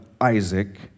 Isaac